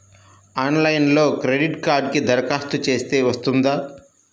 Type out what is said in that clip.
ఆన్లైన్లో క్రెడిట్ కార్డ్కి దరఖాస్తు చేస్తే వస్తుందా?